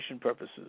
purposes